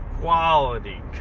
quality